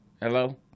Hello